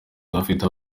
udafite